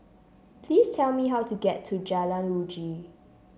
please tell me how to get to Jalan Uji